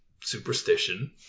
superstition